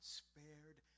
spared